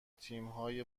تیمهای